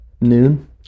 noon